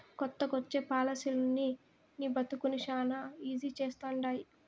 కొత్తగొచ్చే పాలసీలనీ నీ బతుకుని శానా ఈజీ చేస్తండాయి